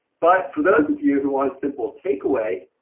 but for those of you who want a simple takeaway,